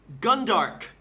Gundark